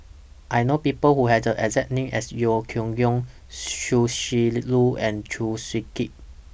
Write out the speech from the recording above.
I know People Who Have The exact name as Yeo Yeow Kwang Chia Shi Lu and Chew Swee Kee